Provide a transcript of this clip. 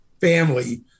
family